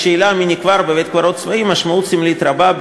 לשאלה מי נקבר בבית-קברות צבאי משמעות סמלית רבה,